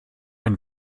ein